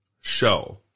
show